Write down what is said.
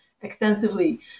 extensively